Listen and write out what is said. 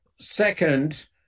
Second